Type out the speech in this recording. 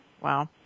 Wow